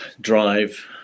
drive